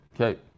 Okay